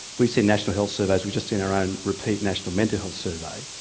we've seen national health surveys, we've just seen our own repeat national mental health survey,